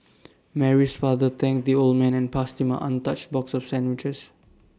Mary's father thanked the old man and passed him an untouched box of sandwiches